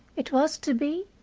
it was to be?